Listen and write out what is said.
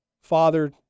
Father